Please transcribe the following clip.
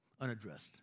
unaddressed